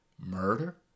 murder